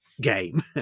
game